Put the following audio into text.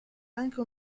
anche